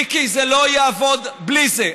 מיקי, זה לא יעבוד בלי זה.